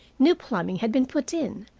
new plumbing had been put in,